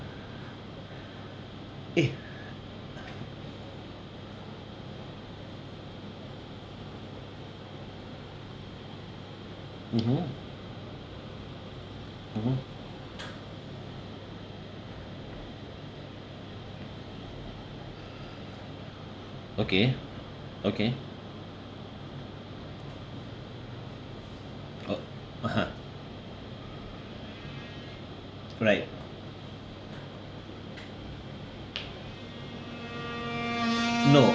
eh mmhmm mmhmm okay okay oh (uh huh) alright no